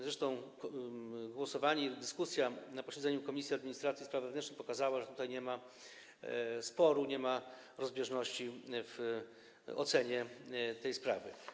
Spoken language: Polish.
Zresztą głosowanie i dyskusja na posiedzeniu Komisji Administracji i Spraw Wewnętrznych pokazały, że tutaj nie ma sporu, nie ma rozbieżności w ocenie tej sprawy.